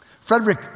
Frederick